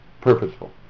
purposeful